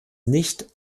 nicht